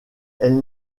elle